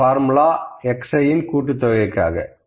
இந்த formula xi இன் கூட்டுத்தொகைக்காக